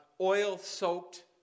oil-soaked